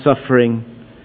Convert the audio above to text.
suffering